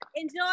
enjoy